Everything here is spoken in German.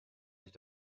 sich